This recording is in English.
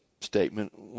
statement